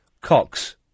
Cox